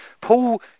Paul